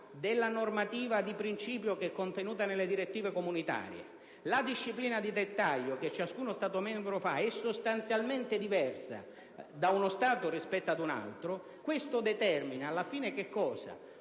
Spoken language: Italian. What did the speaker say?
della normativa di principio che è contenuta nelle direttive comunitarie, la disciplina di dettaglio che ciascuno Stato membro prevede è sostanzialmente diversa da uno Stato rispetto ad un altro, ciò finisce per